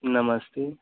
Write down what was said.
नमस्ते